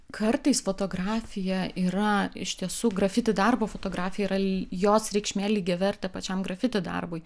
kartais fotografija yra iš tiesų grafiti darbo fotografija yra jos reikšmė lygiavertė pačiam grafiti darbui